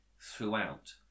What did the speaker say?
throughout